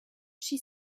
she